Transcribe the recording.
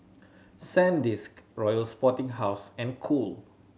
Sandisk Royal Sporting House and Cool